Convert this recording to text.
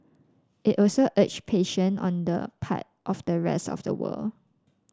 it also urged patience on the part of the rest of the world